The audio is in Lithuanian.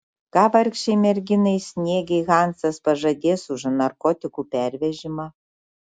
ką vargšei merginai sniegei hansas pažadės už narkotikų pervežimą